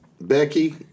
Becky